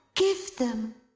give them